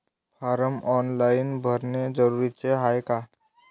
Form online भरने जरुरीचे हाय का?